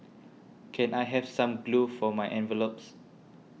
can I have some glue for my envelopes